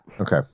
Okay